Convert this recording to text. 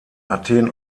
athen